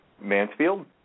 Mansfield